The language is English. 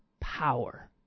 power